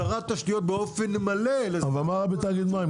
שינוי -- תשתיות באופן מלא -- אבל מה בתאגיד מים,